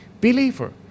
believer